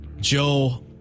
Joe